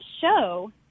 show